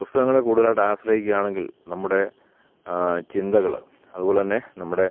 പുസ്തകങ്ങളെ കൂടുതലായിട്ട് ആശ്രയിക്കുകയാണെങ്കിൽ നമ്മുടെ ചിന്തകൾ അതുപോലെത്തന്നെ നമ്മുടെ